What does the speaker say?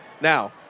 Now